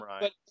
Right